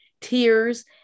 tears